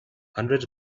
hundreds